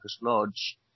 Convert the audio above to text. Lodge